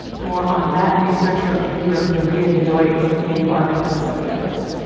more on that research from npr's maria godoy is in our episode notes.